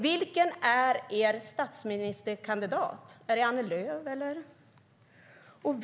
Vilken är er statsministerkandidat, är det Annie Lööf eller någon annan?